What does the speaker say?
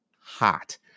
hot